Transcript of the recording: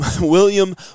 William